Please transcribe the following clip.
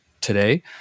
today